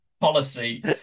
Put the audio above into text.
policy